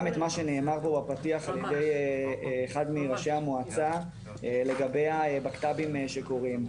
את מה שנאמר פה בפתיח על ידי אחד מראשי המועצה לגבי הבקת"בים שקורים.